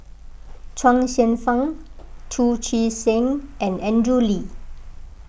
Chuang Hsueh Fang Chu Chee Seng and Andrew Lee